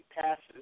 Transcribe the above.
passes